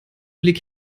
blick